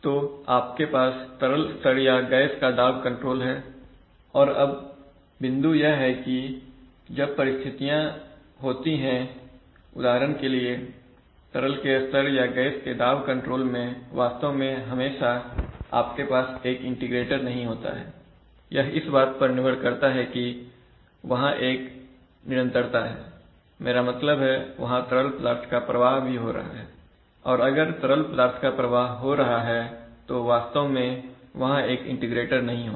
तो आपके पास तरल स्तर या गैस का दाब कंट्रोल है और अब बिंदु यह है कि जब परिस्थितियां होती हैं उदाहरण के लिए तरल के स्तर या गैस के दाब कंट्रोल में वास्तव में हमेशा आपके पास एक इंटीग्रेटर नहीं होता है यह इस बात पर निर्भर करता है कि वहां एक निरंतरता है मेरा मतलब है वहां तरल पदार्थ का प्रवाह भी हो रहा है और अगर तरल पदार्थ का प्रवाह हो रहा है तो वास्तव में वहां एक इंटीग्रेटर नहीं होगा